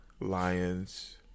lions